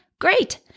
Great